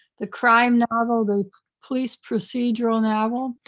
the crime novel, the police procedural novel,